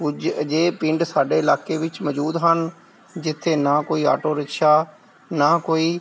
ਕੁਝ ਅਜਿਹੇ ਪਿੰਡ ਸਾਡੇ ਇਲਾਕੇ ਵਿੱਚ ਮੌਜੂਦ ਹਨ ਜਿੱਥੇ ਨਾ ਕੋਈ ਆਟੋ ਰਿਕਸ਼ਾ ਨਾ ਕੋਈ